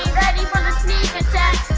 ready for the sneak